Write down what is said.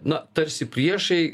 na tarsi priešai